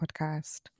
podcast